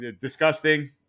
disgusting